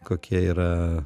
kokie yra